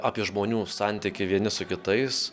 apie žmonių santykį vieni su kitais